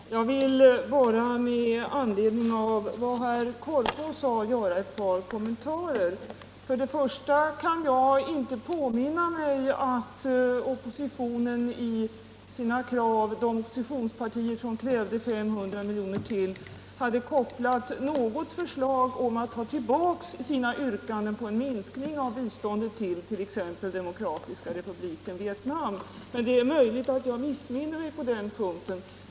Herr talman! Jag vill bara med anledning av vad herr Korpås sade göra ett par kommentarer. Först och främst kan jag inte påminna mig att de oppositionspartier som krävde ytterligare 500 miljoner till detta krav hade kopplat något förslag om att ta tillbaka yrkandena om en minskning av biståndet till exempelvis Demokratiska republiken Vietnam. Men det är möjligt att jag missminner mig på den punkten.